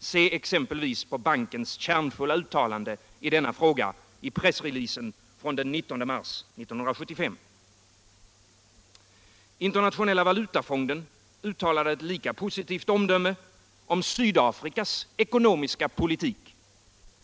Se exempelvis på bankens kärnfulla uttalande i denna fråga i pressreleasen från den 19 mars 1975. Internationella valutafonden uttalade ett lika positivt omdöme om Svdafrikas ekonomiska politik,